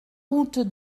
route